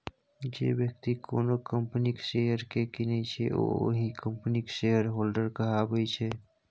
जे बेकती कोनो कंपनीक शेयर केँ कीनय छै ओ ओहि कंपनीक शेयरहोल्डर कहाबै छै